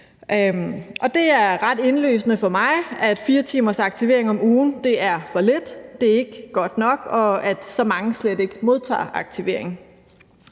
Det er ret indlysende for mig, at 4 timers aktivering om ugen er for lidt. Det er ikke godt nok, at så mange slet ikke modtager aktivering.